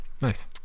Nice